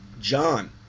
John